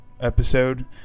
episode